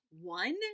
One